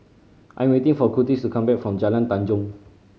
I am waiting for Kurtis to come back from Jalan Tanjong